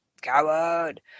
Coward